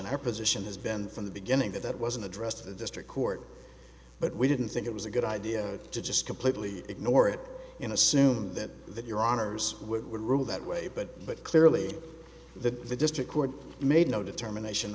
her position has been from the beginning that that wasn't addressed to the district court but we didn't think it was a good idea to just completely ignore it in assume that that your honors would rule that way but but clearly the district court made no determination